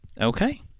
okay